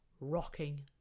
rocking